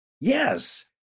Yes